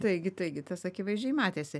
taigi taigi tas akivaizdžiai matėsi